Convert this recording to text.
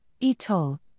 eTOL